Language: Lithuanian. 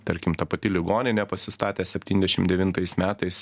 tarkim ta pati ligoninė pasistatė septyndešimt devintais metais